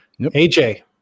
aj